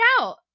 out